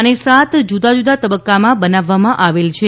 અને સાત જુદા જુદા તબક્કામાં બનાવવામાં આવેલ છે